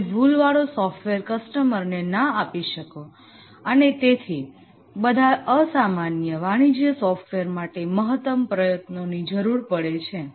તમે ભૂલવાળો સોફ્ટવેર કસ્ટમરને ના આપી શકું અને તેથી બધા અસામાન્ય વાણિજ્ય સોફ્ટવેર માટે મહત્તમ પ્રયત્નો ની જરૂર પડે છે